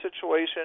situation